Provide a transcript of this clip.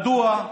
מדוע?